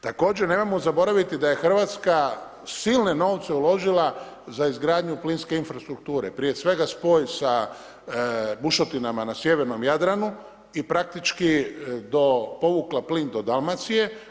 Također nemojmo zaboraviti da je Hrvatska silne novce uložila za izgradnju plinske infrastrukture prije svega spoj sa bušotinama na sjevernom Jadranu i praktički do, povukla plin do Dalmacije.